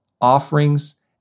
offerings